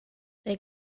wer